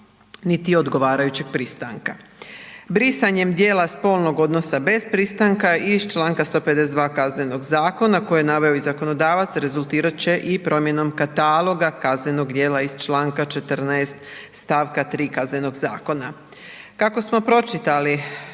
niti odgovarajućeg pristanka. Brisanjem dijela spolnog odnosa bez pristanka iz članka 152. Kaznenog zakona koji je naveo i zakonodavac rezultirat će i promjenom kataloga kaznenog djela iz članka 14. stavka 3. Kaznenog zakona. Kako smo pročitali